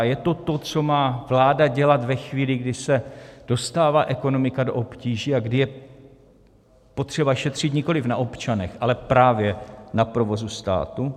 Je to to, co má vláda dělat ve chvíli, kdy se dostává ekonomika do obtíží a kdy je potřeba šetřit nikoliv na občanech, ale právě na provozu státu?